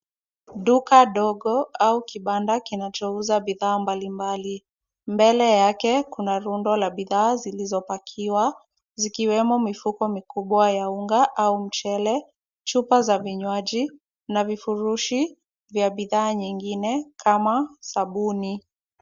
Duka ndogo au kibanda minachouza bidhaa mbalimbali. Mbele yake kuna rundo la bidhaa zilizopakiwa zikiwemo mifuko mikubwa ya unga au mchele, chupa za vinywaji na vifurushi vya bidhaa zingine kama sabuni.